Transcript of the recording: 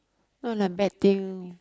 not like bad thing